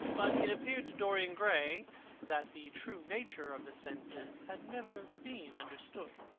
but it appeared to dorian gray that the true nature of the senses had never been understood,